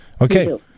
Okay